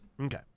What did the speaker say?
Okay